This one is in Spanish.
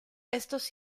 estos